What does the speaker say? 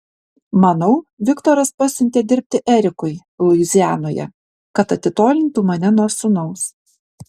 manau viktoras pasiuntė dirbti erikui luizianoje kad atitolintų mane nuo sūnaus